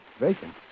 Vacant